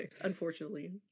Unfortunately